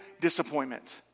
disappointment